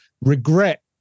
regret